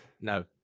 No